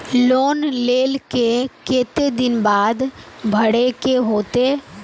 Loan लेल के केते दिन बाद भरे के होते?